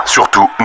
Surtout